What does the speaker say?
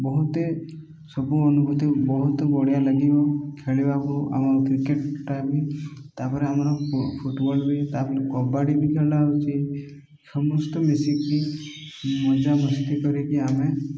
ବହୁତେ ସବୁ ଅନୁଭୂତି ବହୁତ ବଢ଼ିଆ ଲାଗିବ ଖେଳିବାକୁ ଆମ କ୍ରିକେଟ୍ଟା ବି ତା'ପରେ ଆମର ଫୁଟବଲ୍ ବି ତା ବୋଲି କବାଡ଼ି ବି ଖେଳା ହେଉଛି ସମସ୍ତେ ମିଶିକି ମଜାମସ୍ତି କରିକି ଆମେ